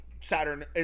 Saturn